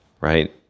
right